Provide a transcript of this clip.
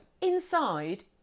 inside